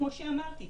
כמו שאמרתי,